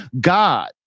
God